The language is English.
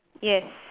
yes